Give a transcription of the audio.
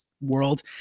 world